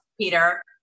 Peter